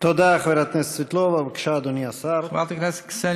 תודה, חברת הכנסת סבטלובה.